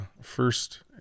first